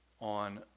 on